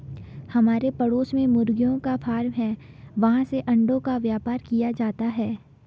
हमारे पड़ोस में मुर्गियों का फार्म है, वहाँ से अंडों का व्यापार किया जाता है